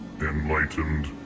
Enlightened